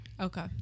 Okay